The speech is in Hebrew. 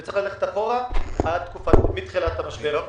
וצריך ללכת אחורה מתחילת תקופת המשבר,